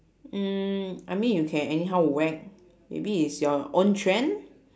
mm I mean you can anyhow whack maybe it's your own trend